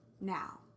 Now